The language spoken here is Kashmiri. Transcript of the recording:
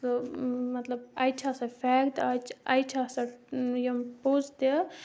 تہٕ مَطلَب اَجہِ چھِ آسان فیک تہٕ اَجہِ اَجہِ چھِ آسان یِم پوٚز تہِ